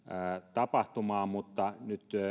tapahtumaan mutta nyt